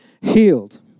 healed